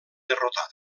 derrotada